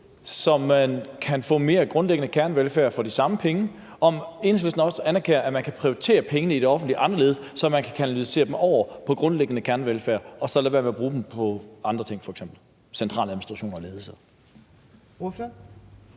så man kan få mere grundlæggende kernevelfærd for de samme penge, og om Enhedslisten også anerkender, at man kan prioritere pengene i det offentlige anderledes, så man kan kanalisere dem over til grundlæggende kernevelfærd og så lade være med at bruge dem på andre ting, f.eks. på centraladministration og ledelse.